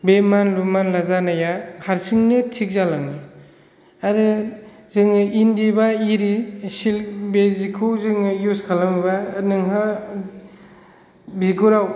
बे मानलु मानला जानाया हारसिंनो थिग जालाङो आरो जोङो इन्दि एबा एरि सिल्क बे सिखौ जोङो इउज खालामोबा नोंहा बिगुराव